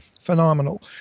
phenomenal